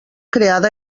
creada